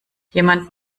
jemand